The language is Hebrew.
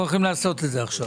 אנחנו הולכים לעשות את זה עכשיו.